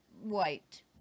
White